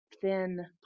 thin